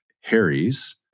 Harry's